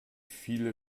viele